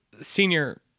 senior